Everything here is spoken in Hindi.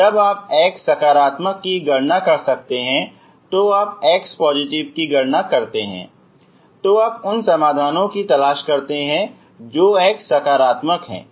अब आप x सकारात्मक की गणना कर सकते हैं यदि आप एक्स पॉजिटिव की गणना करते हैं तो आप उन समाधानों की तलाश करते हैं जो x सकारात्मक हैं